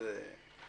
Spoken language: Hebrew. לשנות.